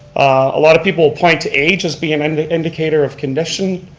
a lot of people point to age as being an indicator of condition.